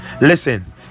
listen